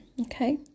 Okay